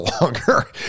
longer